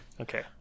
okay